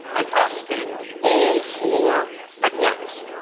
and often all four at once.